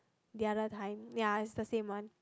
the other time ya it's the same one